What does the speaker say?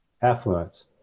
affluence